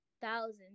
thousands